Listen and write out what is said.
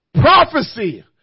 Prophecy